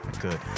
Good